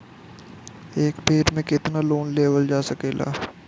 एक बेर में केतना लोन लेवल जा सकेला?